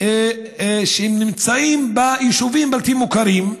שהם נמצאים ביישובים בלתי מוכרים.